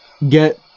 get